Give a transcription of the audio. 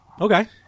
okay